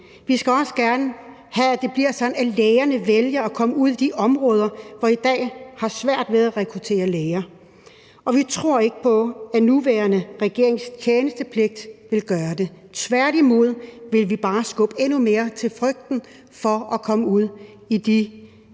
vi skulle også gerne have det sådan, at lægerne vælger at komme ud i de områder, som i dag har svært ved at rekruttere læger. Og vi tror ikke på, at den nuværende regerings tjenestepligt vil gøre det – tværtimod vil vi bare skubbe endnu mere til frygten for at komme ud i de